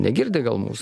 negirdi gal mūs